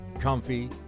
comfy